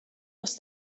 was